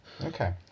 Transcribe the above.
Okay